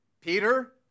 Peter